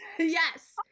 Yes